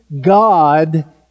God